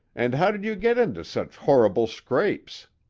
and how did you get into such horrible scrapes?